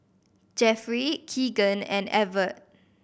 Jeffry Kegan and Evert